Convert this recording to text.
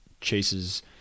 Chase's